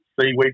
seaweed